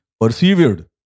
persevered